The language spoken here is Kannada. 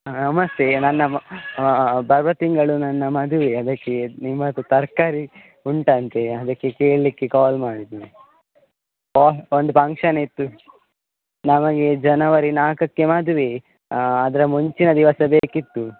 ನಮಸ್ತೆ ನನ್ನ ಮ ಬರುವ ತಿಂಗಳು ನನ್ನ ಮದುವೆ ಅದಕ್ಕೆ ನಿಮ್ಮದು ತರಕಾರಿ ಉಂಟಂತೆ ಅದಕ್ಕೆ ಕೇಳಲಿಕ್ಕೆ ಕಾಲ್ ಮಾಡಿದ್ದೆ ಓ ಒಂದು ಫಂಕ್ಷನ್ ಇತ್ತು ನಮಗೆ ಜನವರಿ ನಾಲ್ಕಕ್ಕೆ ಮದುವೆ ಅದರ ಮುಂಚಿನ ದಿವಸ ಬೇಕಿತ್ತು